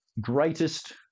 greatest